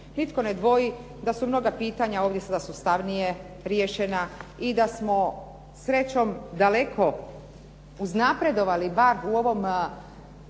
Nitko ne dvoji da su mnoga pitanja ovdje sada sustavnije riješena i da smo srećom daleko uznapredovali bar u ovoj